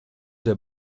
der